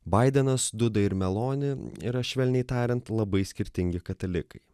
baidenas duda ir meloni yra švelniai tariant labai skirtingi katalikai